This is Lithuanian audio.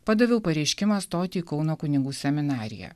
padaviau pareiškimą stoti į kauno kunigų seminariją